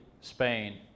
Spain